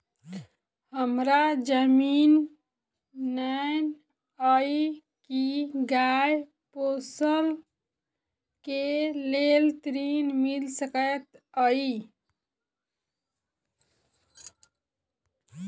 हमरा जमीन नै अई की गाय पोसअ केँ लेल ऋण मिल सकैत अई?